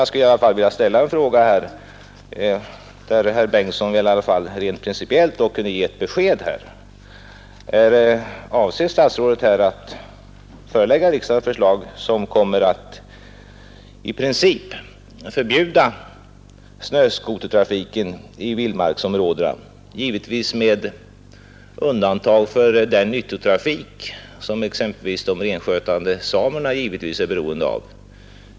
Jag skulle i alla fall vilja fråga om herr Bengtsson inte rent principiellt kan ge ett besked: Avser statsrådet att förelägga riksdagen ett förslag som kommer att i princip förbjuda snöskotertrafiken i vildmarksområdena, givetvis med undantag för den nyttotrafik som exempelvis de renskötande samerna är beroende av?